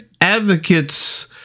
advocates